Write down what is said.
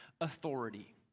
authority